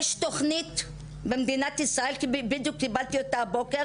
יש תוכנית במדינת ישראל, בדיוק קיבלתי אותה הבוקר